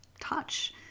touch